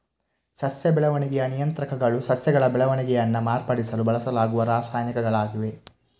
ಸಸ್ಯ ಬೆಳವಣಿಗೆಯ ನಿಯಂತ್ರಕಗಳು ಸಸ್ಯಗಳ ಬೆಳವಣಿಗೆಯನ್ನ ಮಾರ್ಪಡಿಸಲು ಬಳಸಲಾಗುವ ರಾಸಾಯನಿಕಗಳಾಗಿವೆ